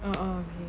oh oh okay